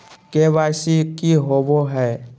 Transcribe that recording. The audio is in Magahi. के.वाई.सी की होबो है?